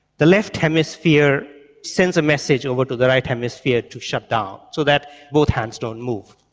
the left hemisphere sends a message over to the right hemisphere to shut down so that both hands don't move.